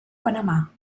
panamà